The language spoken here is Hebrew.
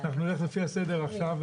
אנחנו נלך לפי הסדר עכשיו.